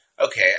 Okay